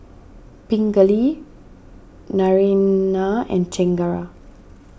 Pingali Naraina and Chengara